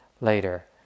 later